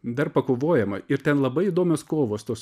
dar pakovojama ir ten labai įdomios kovos tos